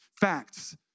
facts